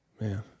Man